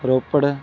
Ropar